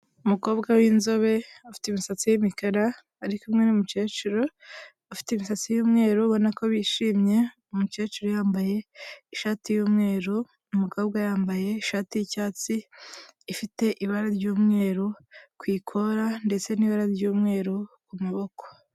Umukobwa w'inzobe afite imisatsi y'imikara ari kumwe n'umukecuru ufite imisatsi y'umweru ubona ko bishimye, umukecuru yambaye ishati y'umweru umukobwa yambaye ishati y'icyatsi ifite ibara ry'umweru kukora ndetse n'ibara ry'umweru ku maboko.